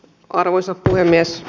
arvoisa puhemies